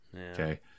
Okay